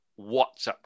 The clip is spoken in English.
WhatsApp